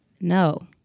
No